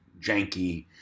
janky